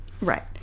Right